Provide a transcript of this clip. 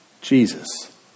Jesus